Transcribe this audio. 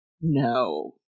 no